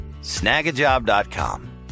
snagajob.com